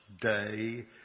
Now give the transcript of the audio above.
day